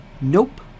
Nope